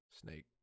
snake